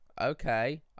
Okay